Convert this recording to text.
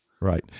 Right